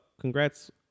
Congrats